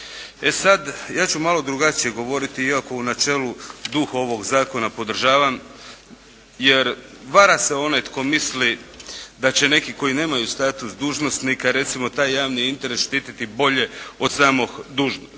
E sad, ja ću malo drugačije govoriti iako u načelu duh ovog Zakona podržavam, jer vara se onaj tko misli da će neki koji nemaju status dužnosnika, recimo taj javni interes štititi bolje od samog dužnosnika.